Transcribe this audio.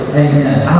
amen